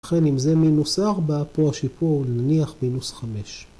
‫לכן אם זה מינוס 4, ‫פה השיפור נניח מינוס 5.